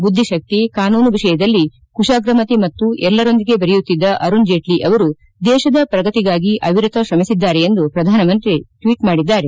ಬುದ್ಧಿಶಕ್ತಿ ಕಾನೂನು ವಿಷಯದಲ್ಲಿ ಕುಶಾಗ್ರಮತಿ ಮತ್ತು ಎಲ್ಲರೊಂದಿಗೆ ಬೆರೆಯುತ್ತಿದ್ದ ಅರುಣ್ ಜೇಟ್ಲಿ ಅವರು ದೇಶದ ಪ್ರಗತಿಗಾಗಿ ಅವಿರತ ಶ್ರಮಿಸಿದ್ದಾರೆ ಎಂದು ಪ್ರಧಾನಮಂತ್ರಿ ಟ್ವೀಟ್ ಮಾಡಿದ್ದಾರೆ